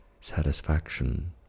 satisfaction